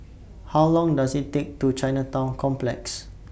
How Long Does IT Take to Chinatown Complex